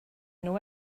nhw